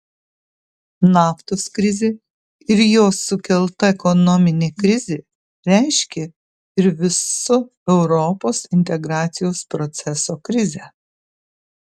naftos krizė ir jos sukelta ekonominė krizė reiškė ir viso europos integracijos proceso krizę